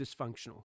dysfunctional